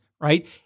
right